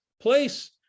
place